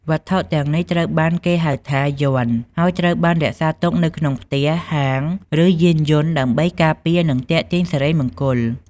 វត្ថុទាំងនេះត្រូវបានគេហៅថា យ័ន្ត ហើយត្រូវបានរក្សាទុកនៅក្នុងផ្ទះ ហាង ឬយានយន្តដើម្បីការពារនិងទាក់ទាញសិរីមង្គល។